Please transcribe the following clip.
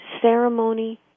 ceremony